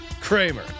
Kramer